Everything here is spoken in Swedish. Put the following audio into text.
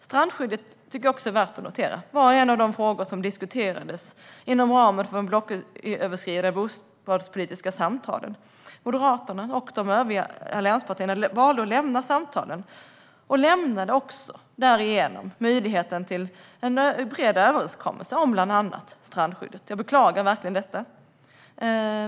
Strandskyddet var - det tycker jag också är värt att notera - en av de frågor som diskuterades inom ramen för de blocköverskridande bostadspolitiska samtalen. Moderaterna och övriga allianspartier valde att lämna samtalen och lämnade därmed också möjligheten till en bred överenskommelse om bland annat strandskyddet. Jag beklagar verkligen detta.